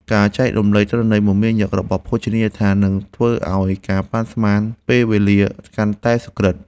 ការចែករំលែកទិន្នន័យមមាញឹករបស់ភោជនីយដ្ឋាន នឹងធ្វើឱ្យការប៉ាន់ស្មានពេលវេលាកាន់តែសុក្រឹត។